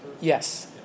yes